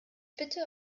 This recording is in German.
bitte